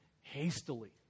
hastily